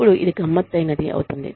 ఇప్పుడు ఇది గమ్మత్తైనది అవుతుంది